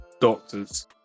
doctors